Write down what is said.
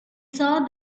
saw